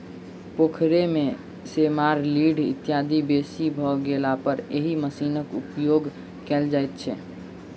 पोखैर मे सेमार, लीढ़ इत्यादि बेसी भ गेलापर एहि मशीनक उपयोग कयल जाइत छै